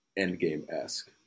Endgame-esque